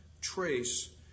trace